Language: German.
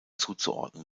zuzuordnen